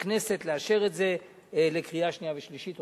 הכנסת לאשר את החוק בקריאה שנייה ושלישית.